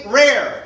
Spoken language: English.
rare